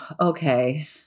Okay